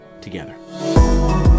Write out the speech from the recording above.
together